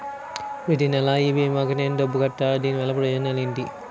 ప్రతినెల అ భీమా కి నేను డబ్బు కట్టాలా? దీనివల్ల ప్రయోజనాలు ఎంటి?